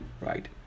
Right